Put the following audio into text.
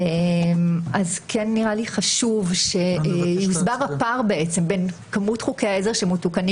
כן נראה לי חשוב שיוסבר הפער בין כמות חוקי העזר שמתוקנים